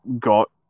got